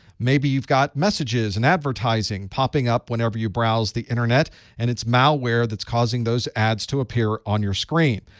maybe you've got messages and advertising popping up whenever you browse the internet and it's malware that's causing those ads to appear on your screen.